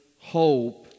hope